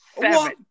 seven